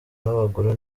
n’abagore